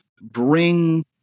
bring